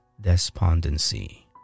despondency